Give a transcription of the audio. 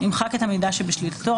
ימחק את המידע שבשליטתו,